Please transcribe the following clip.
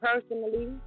personally